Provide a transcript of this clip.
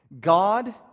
God